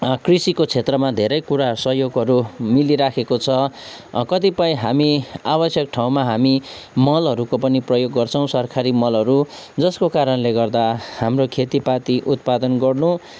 कृषिको क्षेत्रमा धेरै कुरा सहयोगहरू मिलिरहेको छ कतिपय हामी आवश्यक ठाउँमा हामी मलहरूको पनि प्रयोग गर्छौँ सरकारी मलहरू जसको कारणले गर्दा हाम्रो खेतीपाती उत्पादन गर्नु